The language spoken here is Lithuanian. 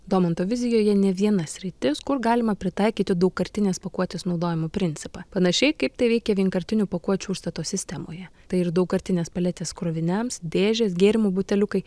domanto vizijoje ne viena sritis kur galima pritaikyti daugkartinės pakuotės naudojimo principą panašiai kaip tai veikia vienkartinių pakuočių užstato sistemoje tai ir daugkartinės paletės kroviniams dėžės gėrimų buteliukai